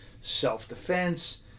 self-defense